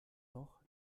noch